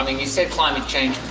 you said climate change